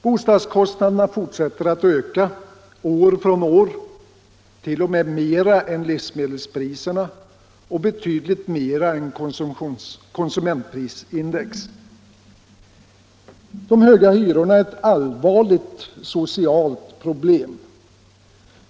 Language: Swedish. Bostadskostnaderna fortsätter att öka år från år, t.o.m. mer än livsmedelspriserna och betydligt mer än konsumentprisindex. De höga hyrorna är ett allvarligt socialt problem.